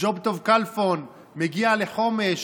ג'וב טוב כלפון מגיע לחומש,